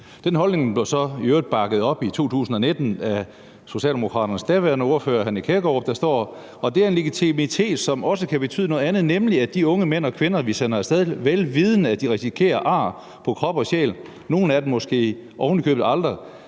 Den holdning blev så i øvrigt bakket op i 2019 af Socialdemokraternes daværende ordfører, hr. Nick Hækkerup, og der står: Og det er en legitimitet, som også kan betyde noget andet, nemlig at de unge mænd og kvinder, vi sender af sted, vel vidende at de risikerer ar på krop og sjæl, nogle af dem måske ovenikøbet aldrig